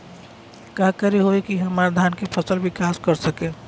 का करे होई की हमार धान के फसल विकास कर सके?